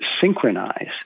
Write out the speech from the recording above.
synchronize